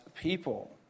people